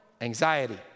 anxiety